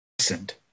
listened